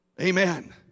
Amen